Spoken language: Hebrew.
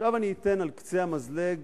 עכשיו, אני אתן על קצה המזלג